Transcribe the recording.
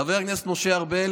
חבר הכנסת משה ארבל